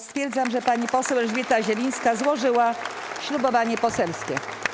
Stwierdzam, że pani poseł Elżbieta Zielińska złożyła ślubowanie poselskie.